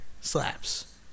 slaps